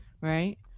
right